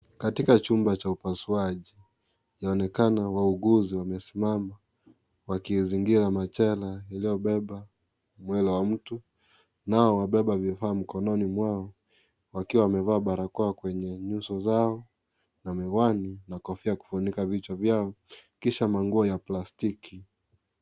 Katika chumba cha upasuaji, inaonekana wauguzi wamesimama. wakiyazingira majela iliyobeba mwili wa mtu. Nao wabeba vifaa mkononi mwao, wakiwa wamevaa barakoa kwenye nyuso zao, na miwani, na kofia kufunika vichwa vyao. Kisha manguo ya plastiki.